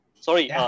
Sorry